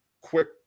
quick